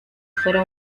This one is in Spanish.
fuera